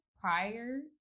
prior